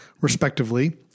respectively